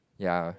ya